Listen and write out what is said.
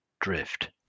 drift